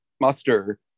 muster